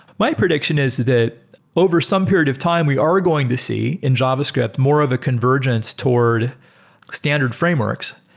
my prediction is that over some period of time, we are going to see in javascript more of a convergence toward standard frameworks.